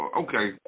okay